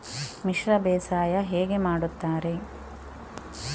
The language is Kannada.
ಮಿಶ್ರ ಬೇಸಾಯ ಹೇಗೆ ಮಾಡುತ್ತಾರೆ?